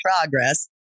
progress